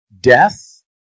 Death